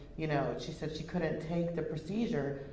you know, she said she couldn't take the procedure,